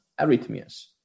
arrhythmias